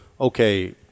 okay